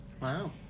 wow